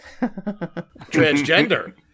transgender